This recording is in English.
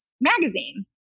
magazine